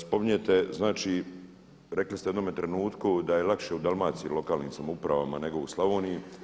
Spominjete znači, rekli ste u jednome trenutku da je lakše u Dalmaciji lokalnim samoupravama nego u Slavoniji.